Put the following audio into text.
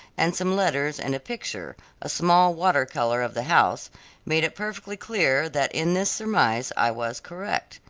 and some letters and a picture a small water-color of the house made it perfectly clear that in this surmise i was correct.